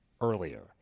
earlier